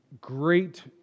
great